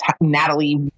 Natalie